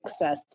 success